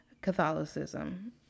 Catholicism